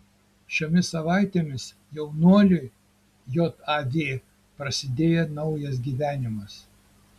šiomis savaitėmis jaunuoliui jav prasidėjo naujas gyvenimas